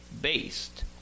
based